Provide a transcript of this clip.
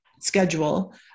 schedule